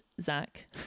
zach